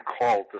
called